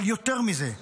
אבל יותר מזה,